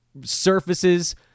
surfaces